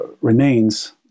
remains